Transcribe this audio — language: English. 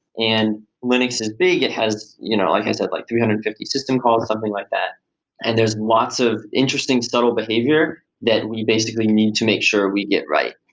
and linux is big. it has, you know like i said, like three hundred and fifty system calls, something like that and there's lots of interesting subtle behavior that we basically need to make sure we get right.